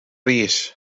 rees